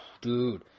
dude